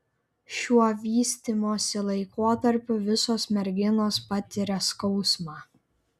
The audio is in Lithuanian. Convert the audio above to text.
šiuo vystymosi laikotarpiu visos merginos patiria skausmą